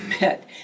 met